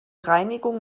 reinigung